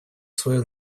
свое